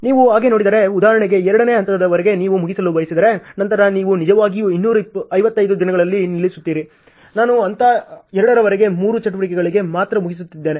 ನೀವು ಹಾಗೆ ನೋಡಿದರೆ ಉದಾಹರಣೆಗೆ 2 ನೇ ಹಂತದವರೆಗೆ ನೀವು ಮುಗಿಸಲು ಬಯಸಿದರೆ ನಂತರ ನೀವು ನಿಜವಾಗಿಯೂ 255 ದಿನಗಳಲ್ಲಿ ನಿಲ್ಲಿಸುತ್ತೀರಿ ನಾನು ಹಂತ 2 ರವರೆಗೆ ಮೂರು ಚಟುವಟಿಕೆಗಳಿಗೆ ಮಾತ್ರ ಮುಗಿಸುತ್ತಿದ್ದೇನೆ